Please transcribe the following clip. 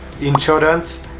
Insurance